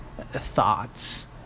thoughts